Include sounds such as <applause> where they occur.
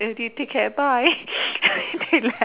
and they take care bye <noise> and they left